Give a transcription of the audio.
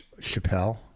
Chappelle